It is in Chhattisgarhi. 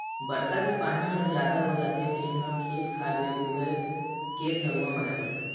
बरसा के पानी ह जादा हो जाथे तेन ह खेत खार ले बोहा के नरूवा म जाथे